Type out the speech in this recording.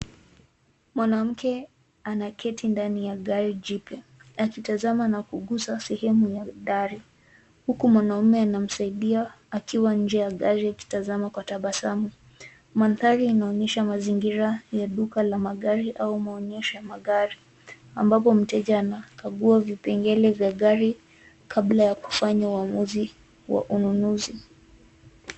Mwanamke anaketi ndani ya gari jipya akitazama na kugusa sehemu ya gari, huku mwanaume anamsaidia akiwa nje ya gari akitazama kwa tabasamu. Mandhari inaonyesha mazingira ya duka la magari au maonyesho ya magari, ambapo mteja anakaguwa vipengele vya gari kabla ya kufanya uamuzi wa ununuzi.